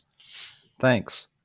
Thanks